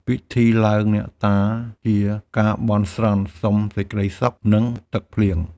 ពិធីឡើងអ្នកតាជាការបន់ស្រន់សុំសេចក្តីសុខ និងទឹកភ្លៀង។